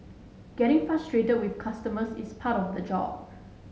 getting frustrated with customers is part of the job